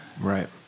Right